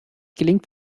gelingt